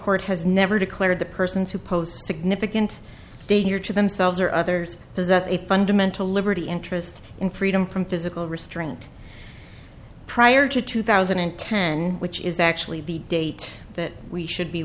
court has never declared that persons who post significant danger to themselves or others possess a fundamental liberty interest in freedom from physical restraint prior to two thousand and ten which is actually the date that we should be